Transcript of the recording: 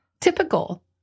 typical